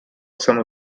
some